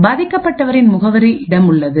பாதிக்கப்பட்டவரின் முகவரி இடம் உள்ளது